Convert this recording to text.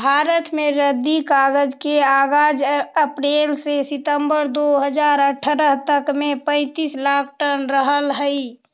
भारत में रद्दी कागज के आगाज अप्रेल से सितम्बर दो हज़ार अट्ठरह तक में पैंतीस लाख टन रहऽ हई